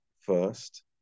first